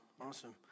awesome